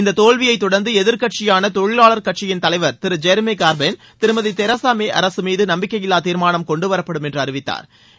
இந்த தோல்வியை தொடர்ந்து எதிர் கட்சியான தொழிலாளர் கட்சியின் தலைவர் திரு ஜெரிமி கார்ஸபன் திருமதி தெரசா மே அரசு மீது நம்பிக்கையில்லா தீர்மானம் கொண்டுவரப்படும் என்று அறிவித்தாா்